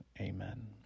amen